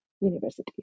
University